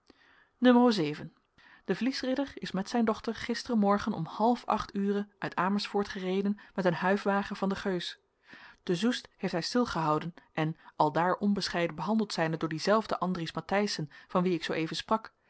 n de vliesridder is met zijn dochter gisteren morgen om half acht ure uit amersfoort gereden met een huifwagen van de geus te zoest heeft hij stilgehouden en aldaar onbescheiden behandeld zijnde door dien zelfden andries matthijssen van wien ik zoo even sprak